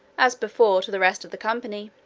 as before, to the rest of the company,